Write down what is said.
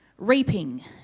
Reaping